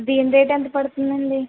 దీని రేట్ ఎంత పడుతుందండి